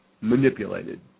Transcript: manipulated